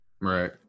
right